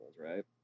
right